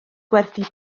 gwerthu